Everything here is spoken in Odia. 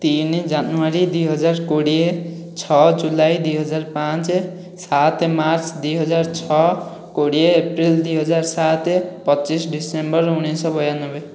ତିନି ଜାନୁଆରୀ ଦୁଇ ହଜାର କୋଡ଼ିଏ ଛ' ଜୁଲାଇ ଦୁଇ ହଜାର ପାଞ୍ଚ ସାତ ମାର୍ଚ୍ଚ ଦୁଇ ହଜାର ଛ' କୋଡ଼ିଏ ଏପ୍ରିଲ ଦୁଇ ହଜାର ସାତ ପଚିଶ ଡିସେମ୍ବର ଉଣାଇଶଶହ ବୟାନବେ